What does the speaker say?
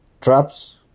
traps